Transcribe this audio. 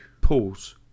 Pause